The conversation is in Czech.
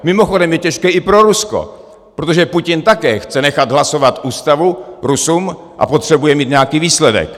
Mimochodem je těžké i pro Rusko, protože Putin také chce nechat hlasovat ústavu Rusům a potřebuje mít nějaký výsledek.